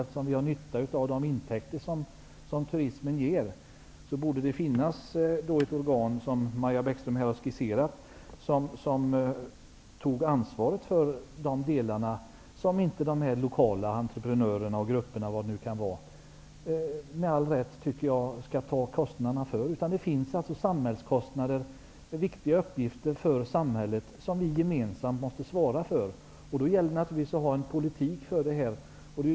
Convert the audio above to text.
Eftersom vi har nytta av de intäkter som turismen ger borde det finnas ett organ, som Maja Bäckström har skisserat, som tar ansvar för de delar som exempelvis de lokala entreprenörerna och grupperna inte, med all rätt, kan ta kostnaderna för. Det finns alltså samhällskostnader -- för viktiga uppgifter i samhället -- som vi gemensamt måste svara för. Det gäller naturligtvis att det finns en politik på det här området.